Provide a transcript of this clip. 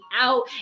out